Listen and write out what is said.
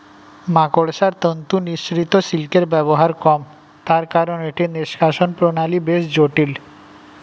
মাকড়সার তন্তু নিঃসৃত সিল্কের ব্যবহার কম, তার কারন এটির নিষ্কাশণ প্রণালী বেশ জটিল